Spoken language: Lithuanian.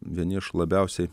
vieni iš labiausiai